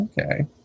Okay